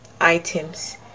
items